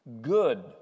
good